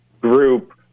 group